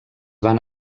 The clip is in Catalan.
van